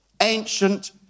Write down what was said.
Ancient